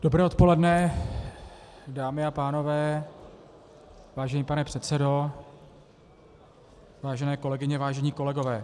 Dobré odpoledne dámy a pánové, vážený pane předsedo, vážené kolegyně, vážení kolegové.